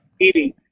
eating